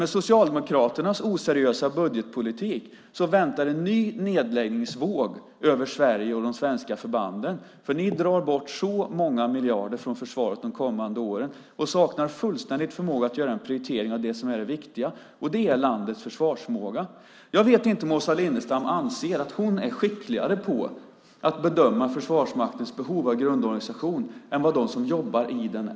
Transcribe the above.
Med Socialdemokraternas oseriösa budgetpolitik väntar en ny nedläggningsvåg över Sverige och de svenska förbanden, för de drar bort många miljarder från försvaret under de kommande åren och saknar fullständigt förmåga att göra en prioritering av vad som är det viktiga, nämligen landets försvarsförmåga. Jag vet inte om Åsa Lindestam anser att hon är skickligare på att bedöma Försvarsmaktens behov av grundorganisation än de som jobbar i den.